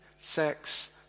sex